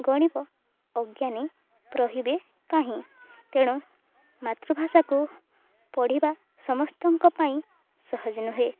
ଗଣିବ ଅଜ୍ଞାନୀ ରହିବେ କାହିଁ ତେଣୁ ମାତୃଭାଷାକୁ ପଢ଼ିବା ସମସ୍ତଙ୍କ ପାଇଁ ସହଜ ନୁହେଁ